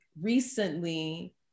recently